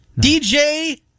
DJ